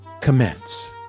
Commence